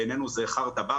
בעינינו זה חרטה-ברטה,